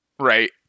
Right